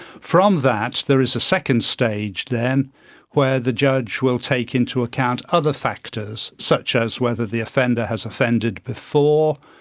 from that there is a second stage then where the judge will take into account other factors such as whether the offender has offended before,